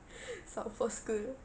sub for school